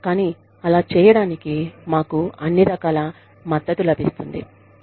కానీ అలా చేయడానికి మాకు అన్ని రకాల మద్దతు లభిస్తుంది